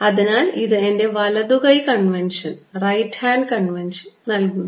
അതിനാൽ ഇത് എന്റെ വലതു കൈ കൺവെൻഷൻ നൽകുന്നു